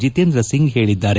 ಜಿತೇಂದ್ರ ಸಿಂಗ್ ಹೇಳಿದ್ದಾರೆ